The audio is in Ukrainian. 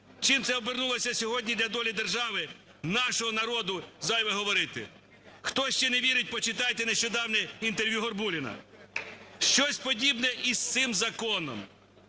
Чим це обернулося сьогодні для долі держави, нашого народу, зайве говорити. Хто ще не вірить, почитайте нещодавнє інтерв'ю Горбуліна. Щось подібне із цим законом.